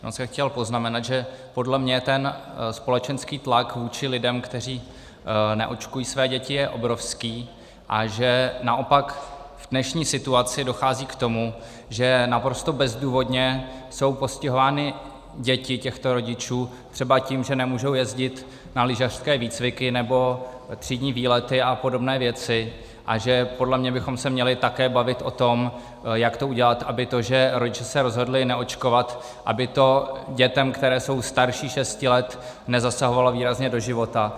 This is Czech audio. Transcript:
Jenom jsem chtěl poznamenat, že podle mě společenský tlak vůči lidem, kteří neočkují své děti, je obrovský a že naopak v dnešní situaci dochází k tomu, že naprosto bezdůvodně jsou postihovány děti těchto rodičů třeba tím, že nemůžou jezdit na lyžařské výcviky nebo třídní výlety a podobné věci, a podle mně bychom se také měli bavit o tom, jak to udělat, aby to, že rodiče se rozhodli neočkovat, dětem, které jsou starší šesti let, nezasahovalo výrazně do života.